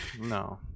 No